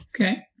Okay